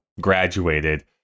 graduated